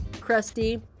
crusty